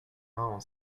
marrant